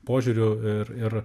požiūriu ir ir